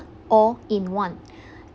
all in one